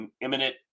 imminent